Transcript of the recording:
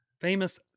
famous